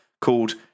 called